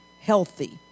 healthy